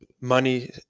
money